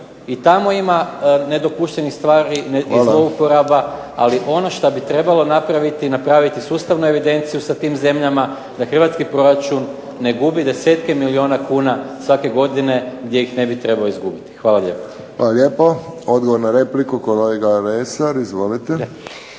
Hvala. **Maras, Gordan (SDP)** Ali ono šta bi trebalo napraviti je napraviti sustavnu evidenciju sa tim zemljama da hrvatski proračun ne gubi desetke milijuna kuna svake godine gdje ih ne bi trebao izgubiti. Hvala lijepo. **Friščić, Josip (HSS)** Hvala lijepo. Odgovor na repliku, kolega Lesar. Izvolite.